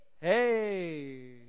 Hey